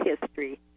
history